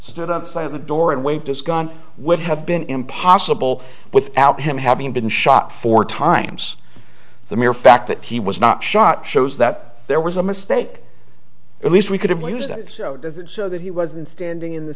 the side of the door and waved his gun would have been impossible without him having been shot four times the mere fact that he was not shot shows that there was a mistake at least we could have lose that does it show that he wasn't standing in the